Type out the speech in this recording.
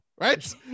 Right